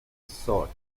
sought